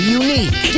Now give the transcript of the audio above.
unique